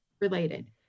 related